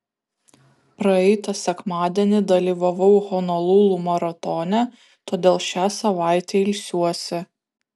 praeitą sekmadienį dalyvavau honolulu maratone todėl šią savaitę ilsiuosi